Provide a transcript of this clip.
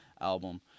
album